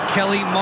Kelly